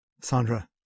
Sandra